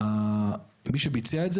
מי שביצע את זה,